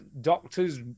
doctor's